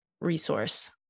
resource